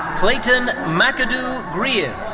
clayton mcadoo greer.